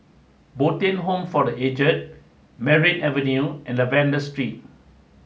Bo Tien home for the Aged Merryn Avenue and Lavender Street